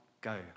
go